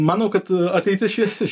manau kad ateitis šviesi